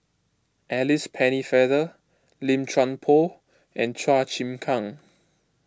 Alice Pennefather Lim Chuan Poh and Chua Chim Kang